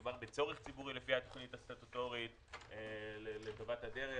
מדובר בצורך ציבורי לפי התוכנית הסטטוטורית לטובת הדרך.